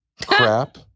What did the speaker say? Crap